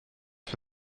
for